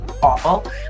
awful